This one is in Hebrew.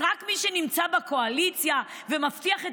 אז רק מי שנמצא בקואליציה ומבטיח את